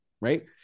right